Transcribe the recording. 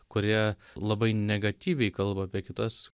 kurie labai negatyviai kalba apie kitas